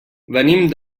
venim